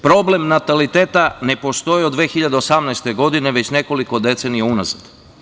Problem nataliteta ne postoji od 2018. godine već nekoliko decenija unazad.